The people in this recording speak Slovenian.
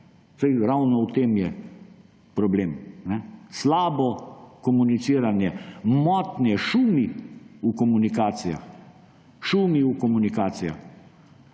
ravno v tem je problem. Slabo komuniciranje, motnje, šumi v komunikacijah. Šumi v komunikacijah.